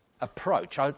approach